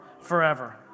forever